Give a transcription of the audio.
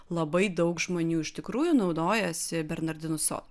labai daug žmonių iš tikrųjų naudojasi bernardinų sodu